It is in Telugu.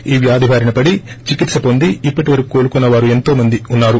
ఈ వ్యాధి బారిన పడి చికిత్స పొంది ఇప్పటి వరకు కోలుకున్న వారు ఎంతో మంది ఉన్నారు